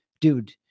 dude